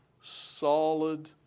solid